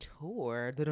tour